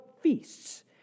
feasts